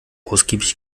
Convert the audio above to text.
ausgiebig